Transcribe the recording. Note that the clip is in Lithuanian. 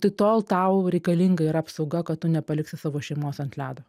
tai tol tau reikalinga yra apsauga kad tu nepaliksi savo šeimos ant ledo